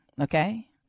Okay